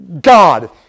God